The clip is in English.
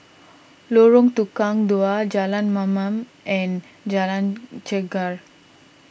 Lorong Tukang Dua Jalan Mamam and Jalan Chegar